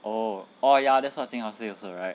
oh oh ya that's what jing hao say also right